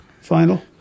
final